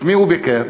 את מי הוא ביקר?